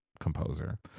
composer